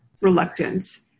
reluctance